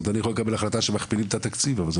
זאת אומרת אני יכול לקבל החלטה שמכפילים את התקציב אבל זה